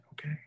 okay